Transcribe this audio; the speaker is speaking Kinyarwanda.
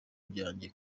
byanjye